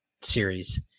series